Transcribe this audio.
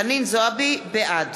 בעד